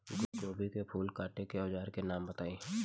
गोभी के फूल काटे के औज़ार के नाम बताई?